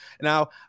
Now